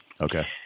Okay